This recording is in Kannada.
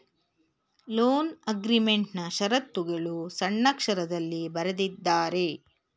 ಲೋನ್ ಅಗ್ರೀಮೆಂಟ್ನಾ ಶರತ್ತುಗಳು ಸಣ್ಣಕ್ಷರದಲ್ಲಿ ಬರೆದಿದ್ದಾರೆ